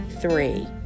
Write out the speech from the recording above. three